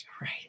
Right